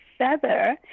feather